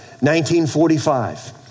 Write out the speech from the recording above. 1945